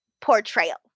Portrayal